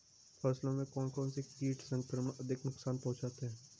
फसलों में कौन कौन से कीट संक्रमण अधिक नुकसान पहुंचाते हैं?